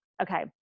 okay